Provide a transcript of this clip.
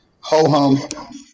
ho-hum